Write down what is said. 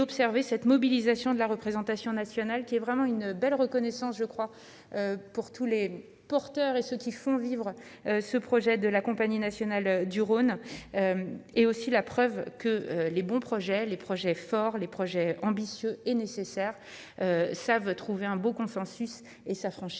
et d'observer cette mobilisation de la représentation nationale, qui est vraiment une belle reconnaissance je crois pour tous les porteurs et ceux qui font vivre ce projet de la Compagnie nationale du Rhône, et aussi la preuve que les bons projets Les projets forts les projets ambitieux et nécessaire ça veut trouver un beau consensus et s'affranchir